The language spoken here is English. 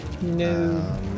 No